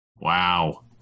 wow